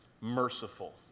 merciful